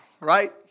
right